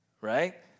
right